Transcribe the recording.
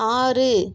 ஆறு